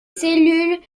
cellules